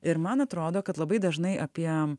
ir man atrodo kad labai dažnai apie